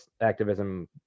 activism –